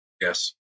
Yes